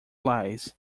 lies